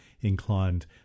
inclined